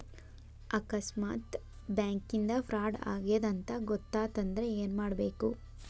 ಆಕಸ್ಮಾತ್ ಬ್ಯಾಂಕಿಂದಾ ಫ್ರಾಡ್ ಆಗೇದ್ ಅಂತ್ ಗೊತಾತಂದ್ರ ಏನ್ಮಾಡ್ಬೇಕು?